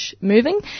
moving